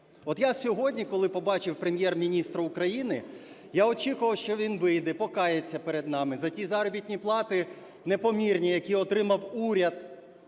От я сьогодні, коли побачив Прем'єр-міністра України, я очікував, що він вийде, покається перед нами за ті заробітні плати непомірні, які отримав уряд